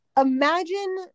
imagine